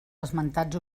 esmentats